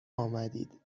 آمدید